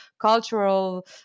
cultural